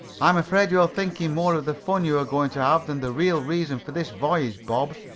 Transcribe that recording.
i'm afraid you're thinking more of the fun you are going to have than the real reason for this voyage, bob.